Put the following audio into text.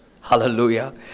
Hallelujah